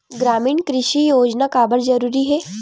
ग्रामीण कृषि योजना काबर जरूरी हे?